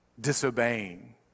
disobeying